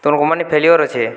ତୁମ company failure ଅଛେ